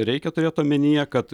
reikia turėt omenyje kad